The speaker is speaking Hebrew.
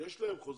יש להם חוזים.